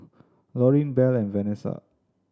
Laureen Bell and Vanesa